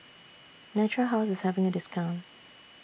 Natura House IS having A discount